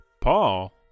Paul